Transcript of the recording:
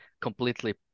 completely